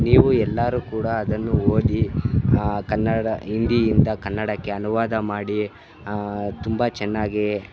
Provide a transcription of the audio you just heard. ನೀವು ಎಲ್ಲರು ಕೂಡ ಅದನ್ನು ಓದಿ ಕನ್ನಡ ಹಿಂದಿ ಇಂದ ಕನ್ನಡಕ್ಕೆ ಅನುವಾದ ಮಾಡಿ ತುಂಬ ಚೆನ್ನಾಗೇ